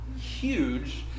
huge